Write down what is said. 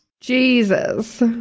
Jesus